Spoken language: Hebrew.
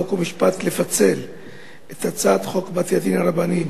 חוק ומשפט לפצל את הצעת חוק בתי-דין רבניים